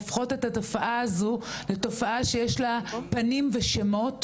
הופכות את התופעה הזו לתופעה שיש לה פנים ושמות,